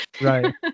right